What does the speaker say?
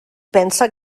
pensa